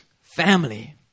Family